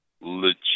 legit